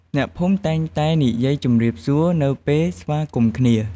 អ្នកភូមិតែងតែនិយាយ ជំរាបសួរ នៅពេលស្វាគមន៍គ្នា។